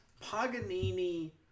paganini